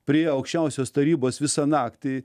prie aukščiausios tarybos visą naktį